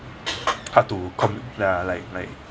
hard to conn~ ya like like